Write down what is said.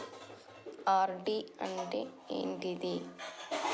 RD అంటే ఏంటిది?